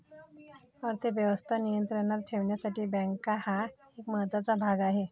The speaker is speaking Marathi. अर्थ व्यवस्था नियंत्रणात ठेवण्यासाठी बँका हा एक महत्त्वाचा भाग आहे